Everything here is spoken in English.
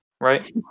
right